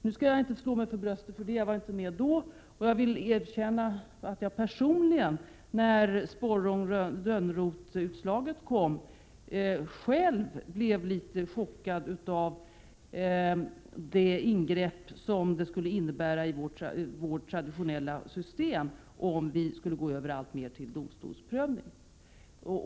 Nu skall jag inte slå mig för bröstet för detta, för jag var inte med då. Jag vill erkänna att jag när utslaget kom beträffande Sporrong-Lönnrothmålet kom blev litet chockad av det ingrepp i vårt traditionella system som det skulle innebära om vi alltmer skulle gå över till domstolsprövning.